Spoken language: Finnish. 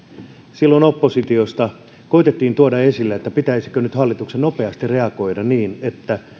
silloin oppositiosta koetettiin tuoda esille että pitäisikö nyt hallituksen nopeasti reagoida niin että